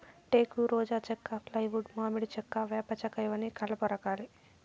టేకు, రోజా చెక్క, ఫ్లైవుడ్, మామిడి చెక్క, వేప చెక్కఇవన్నీ కలప రకాలే